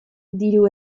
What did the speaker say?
diru